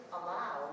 allow